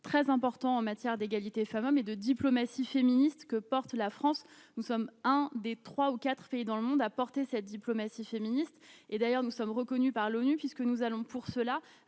Très important en matière d'égalité femmes-hommes et de diplomatie féministe que porte la France, nous sommes un des trois ou quatre fait dans le monde, a porté cette diplomatie féministe et d'ailleurs nous sommes reconnus par l'ONU, puisque nous allons pour cela